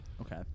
okay